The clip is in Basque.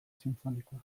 sinfonikoa